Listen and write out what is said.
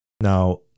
Now